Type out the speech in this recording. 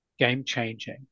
game-changing